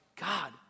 God